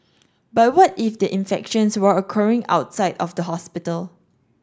but what if the infections were occurring outside of the hospital